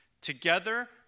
Together